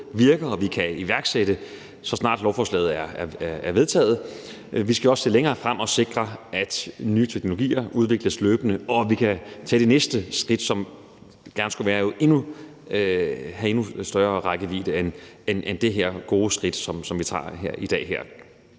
og vi kan iværksætte, så snart lovforslaget er vedtaget. Vi skal jo også se længere frem og sikre, at nye teknologier udvikles løbende, og at vi kan tage de næste skridt, som gerne skulle have endnu større rækkevidde end det her gode skridt, som vi tager i dag.